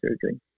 surgery